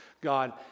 God